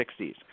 60s